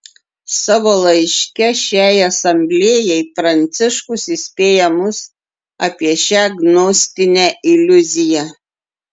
savo laiške šiai asamblėjai pranciškus įspėja mus apie šią gnostinę iliuziją